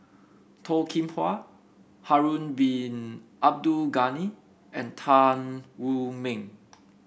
Toh Kim Hwa Harun Bin Abdul Ghani and Tan Wu Meng